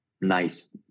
nice